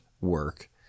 work